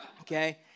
okay